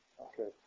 Okay